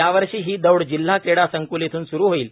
यावर्षी ही दौड जिल्हा क्रीडा संकुल इथून सुरु होईल